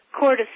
cortisol